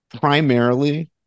primarily